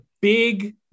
big